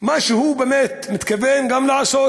מה שהוא מתכוון באמת לעשות,